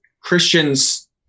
Christians